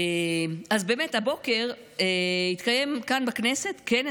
אז באמת הבוקר התקיים כאן בכנסת כנס